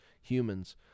humans